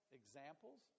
examples